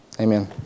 Amen